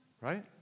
Right